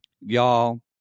Y'all